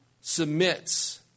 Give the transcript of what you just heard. submits